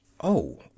Oh